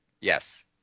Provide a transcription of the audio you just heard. Yes